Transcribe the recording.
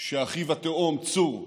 שאחיו התאום צור,